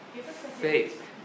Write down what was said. Faith